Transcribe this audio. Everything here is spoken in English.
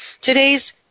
Today's